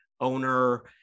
owner